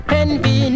envy